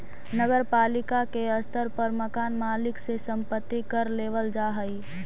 नगर पालिका के स्तर पर मकान मालिक से संपत्ति कर लेबल जा हई